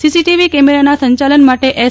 CCTV કેમેરાના સંચાલન માટે એસ